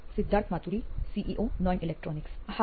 Siddharth Maturi CEO નોઇન electronics હા